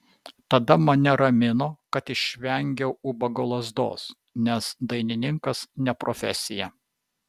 tada mane ramino kad išvengiau ubago lazdos nes dainininkas ne profesija